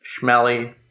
schmelly